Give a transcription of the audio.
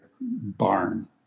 barn